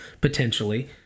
potentially